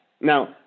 Now